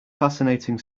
fascinating